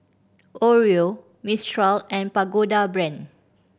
Oreo Mistral and Pagoda Brand